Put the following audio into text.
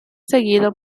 seguido